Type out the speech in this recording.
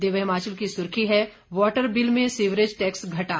दिव्य हिमाचल की सुर्खी है वाटर बिल में सीवरेज टैक्स घटा